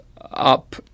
up